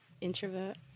Introvert